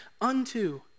unto